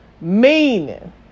Meaning